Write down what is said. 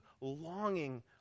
longing